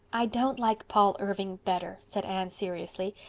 i don't like paul irving better, said anne seriously.